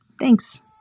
Thanks